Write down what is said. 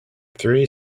three